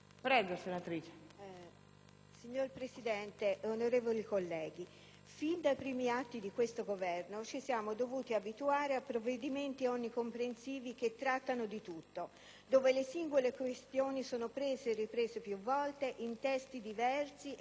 disegno di legge n. 1315** Fin dai primi atti di questo Governo ci siamo dovuti abituare a provvedimenti onnicomprensivi che trattano di tutto, dove le singole questioni sono prese e riprese più volte, in testi diversi ed in occasioni diverse.